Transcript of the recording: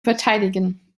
verteidigen